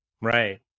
Right